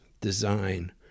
design